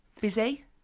Busy